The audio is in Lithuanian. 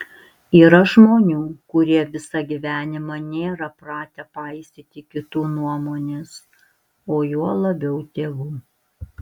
yra žmonių kurie visą gyvenimą nėra pratę paisyti kitų nuomonės o juo labiau tėvų